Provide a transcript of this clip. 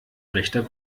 rechter